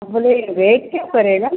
हम बोले रेट क्या पड़ेगा